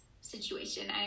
situation